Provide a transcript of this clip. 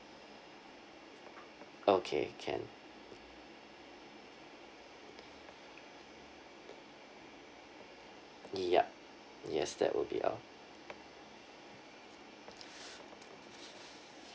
okay can yup yes that would be all